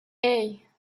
hey